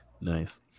Nice